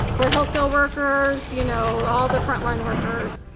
we're healthcare workers, you know all the front line workers,